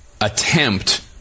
attempt